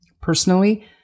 Personally